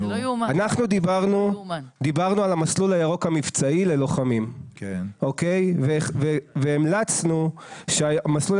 אנחנו דיברנו על המסלול הירוק המבצעי ללוחמים והמלצנו שהמסלול